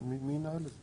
מי ינהל את זה?